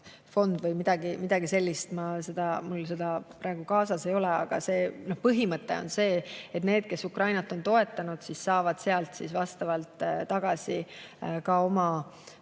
või midagi sellist, mul seda [nimetust] praegu kaasas ei ole. Põhimõte on see, et need, kes Ukrainat on toetanud, saavad sealt vastavalt tagasi ka oma